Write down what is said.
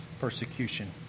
persecution